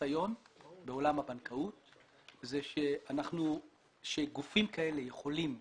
ניסיון בעולם הבנקאות הוא שגופים כאלה יכולים